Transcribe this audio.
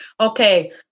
Okay